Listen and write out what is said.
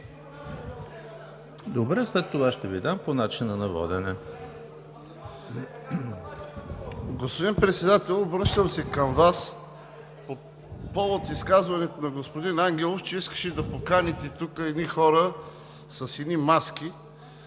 Добре, след това ще Ви дам по начина на водене. МАНОЛ ГЕНОВ (БСП за България): Господин Председател, обръщам се към Вас по повод изказването на господин Ангелов, че искаше да поканите тук едни хора с едни маски.